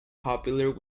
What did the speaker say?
popular